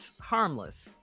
harmless